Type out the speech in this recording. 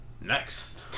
next